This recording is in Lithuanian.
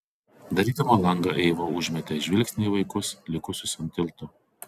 darydama langą eiva užmetė žvilgsnį į vaikus likusius ant tilto